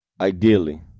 ideally